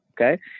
Okay